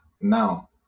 now